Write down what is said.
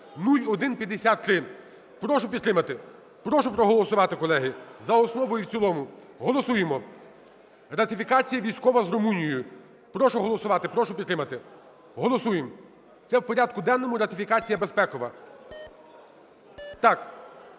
(0153). Прошу підтримати, прошу проголосувати, колеги, за основу і в цілому. Голосуємо, ратифікація військова з Румунією. Прошу голосувати, прошу підтримати, голосуємо. Це в порядку денному ратифікація безпекова. Так.